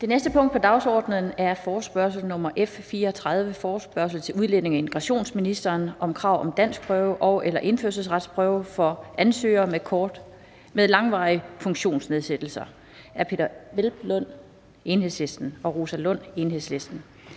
(Fremsættelse 14.01.2020). 4) Forespørgsel nr. F 34: Forespørgsel til udlændinge- og integrationsministeren om krav om danskprøve og/eller indfødsretsprøve for ansøgere med langvarige funktionsnedsættelser. Af Peder Hvelplund (EL) og Rosa Lund (EL).